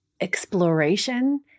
exploration